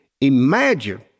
Imagine